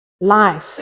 Life